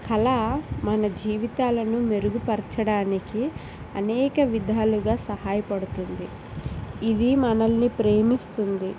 కళ మన జీవితాలను మెరుగుపరచడానికి అనేక విధాలుగా సహాయపడుతుంది ఇది మనల్ని ప్రేమిస్తుంది